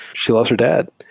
she lost her dad.